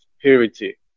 purity